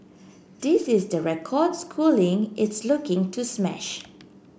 this is the record Schooling is looking to smash